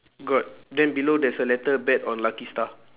got then below there's a letter bet on lucky star